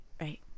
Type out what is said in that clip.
right